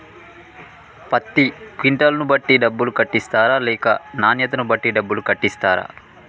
పత్తి క్వింటాల్ ను బట్టి డబ్బులు కట్టిస్తరా లేక నాణ్యతను బట్టి డబ్బులు కట్టిస్తారా?